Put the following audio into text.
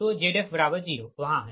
तो Zf0 वहाँ है